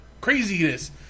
craziness